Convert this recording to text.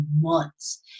months